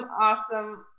Awesome